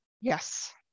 Yes